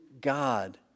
God